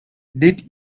did